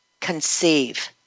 conceive